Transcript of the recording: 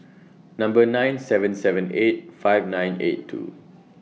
Number nine seven seven eight five nine eight two